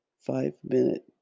five-minute